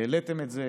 העליתם את זה,